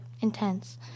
intense